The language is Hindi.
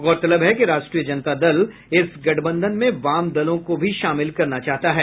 गौरतलब है कि राष्ट्रीय जनता दल इस गठबंधन में वाम दलों को भी शामिल करना चाहता है